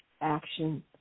action